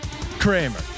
Kramer